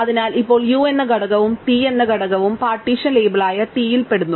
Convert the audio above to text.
അതിനാൽ ഇപ്പോൾ u എന്ന ഘടകവും t എന്ന ഘടകവും പാർട്ടീഷൻ ലേബലായ t യിൽ പെടുന്നു